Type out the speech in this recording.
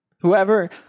Whoever